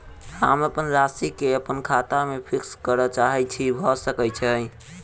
हम अप्पन राशि केँ अप्पन खाता सँ फिक्स करऽ चाहै छी भऽ सकै छै?